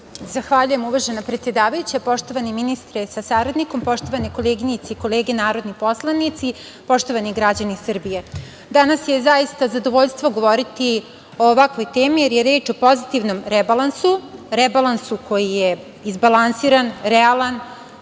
Zahvaljujem, uvažena predsedavajuća. Poštovani ministre sa saradnikom, poštovane koleginice i kolege narodni poslanici, poštovani građani Srbije, danas je zaista zadovoljstvo govoriti o ovakvoj temi, jer je reč o pozitivnom rebalansu, rebalansu koji je izbalansiran, realan,